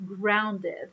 grounded